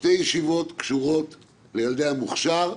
שתי ישיבות קשורות לילדי המוכש"ר,